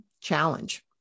challenge